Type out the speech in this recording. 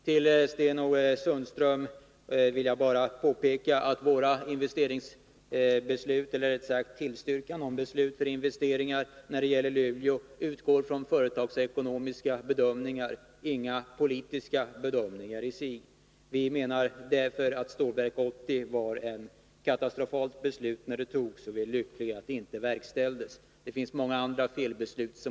När vi har tillstyrkt beslut om investeringar i Luleå har vi, Sten-Ove Sundström, utgått från företagsekonomiska och inte politiska bedömningar. Vi menar att Stålverk 80 var ett katastrofalt beslut, och vi är lyckliga över att det inte har verkställts. Det finns många andra felbeslut.